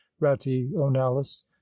rationalis